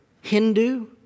Hindu